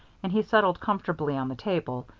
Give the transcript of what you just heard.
and he settled comfortably on the table,